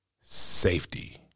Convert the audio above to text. Safety